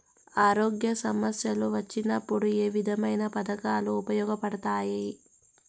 ఆరోగ్య సమస్యలు వచ్చినప్పుడు ఏ విధమైన పథకాలు ఉపయోగపడతాయి